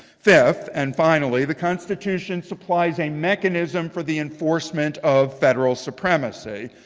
fifth, and finally, the constitution supplies a mechanism for the enforcement of federal supremacy.